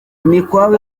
imikwabu